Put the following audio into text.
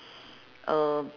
uh